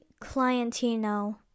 clientino